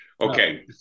Okay